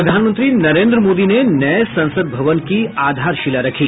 प्रधानमंत्री नरेन्द्र मोदी ने नये संसद भवन की आधारशिला रखी